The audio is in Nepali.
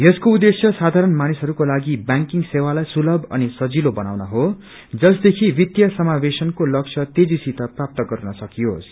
यसको उद्देश्य साधारण मानिसहरूको लागि बैंकिंग सेवालाई सुलभ अनि सजिलो बनाउनु हो जसदेखि वित्तिय समावेशनको लक्ष्य तेजीसित प्रास्त गर्नसकियोस